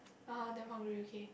(aha) damn hungry okay